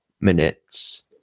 minutes